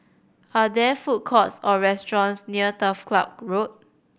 are there food courts or restaurants near Turf Ciub Road